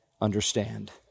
understand